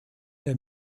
der